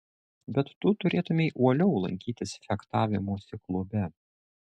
bet tu turėtumei uoliau lankytis fechtavimosi klube